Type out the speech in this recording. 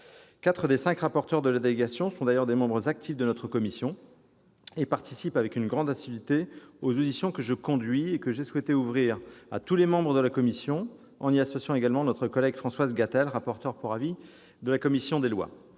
Quatre des cinq rapporteurs de la délégation sont d'ailleurs des membres actifs de notre commission et participent avec une grande assiduité aux auditions que je conduis et que j'ai souhaité ouvrir à tous les membres de la commission, en y associant également notre collègue Françoise Gatel, rapporteur pour avis de la commission des lois.